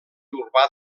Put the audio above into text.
urbà